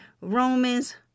Romans